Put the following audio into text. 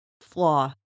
flaw